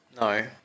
No